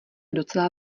docela